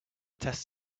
test